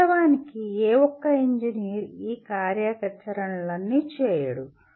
వాస్తవానికి ఏ ఒక్క ఇంజనీర్ ఈ అన్నీ కార్యాచరణలని చేయడు